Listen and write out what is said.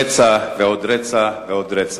רצח ועוד רצח ועוד רצח.